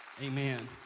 Amen